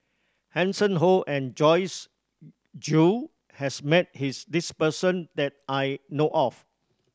Hanson Ho and Joyce Jue has met his this person that I know of